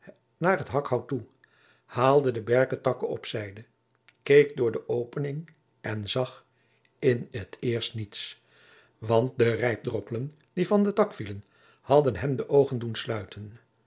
naar het hakhout toe haalde de berkentakken op zijde keek door de opening en zag in t eerst niets want de rijmdroppelen die van den tak vielen hadden hem de oogen doen sluiten